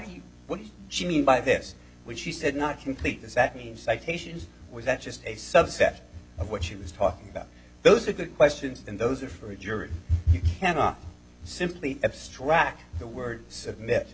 you what did she mean by this which she said not complete does that mean citations was that just a subset of what she was talking about those are good questions and those are for a jury you cannot simply abstract the word submit